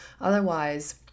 otherwise